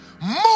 move